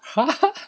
!huh!